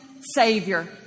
Savior